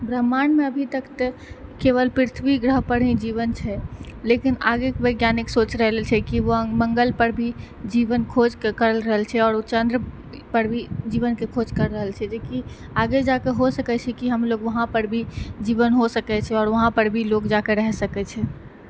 ब्रह्माण्ड मे अभी तक तऽ केवल पृथ्वी ग्रह पर ही जीवन छै लेकिन आगे के वैज्ञानिक सोचि रहल छै कि वो मंगल पर भी जीवन खोज करि रहल छै ओ चन्द्र पर भी जीवन के खोज कर रहल छै जेकि आगे जाकऽ हो सकै छै कि हमलोग उहाँ जीवन हो सकै छै आओर उहाँ पर भी लोग जाके रहि सकै छै